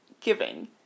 giving